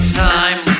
time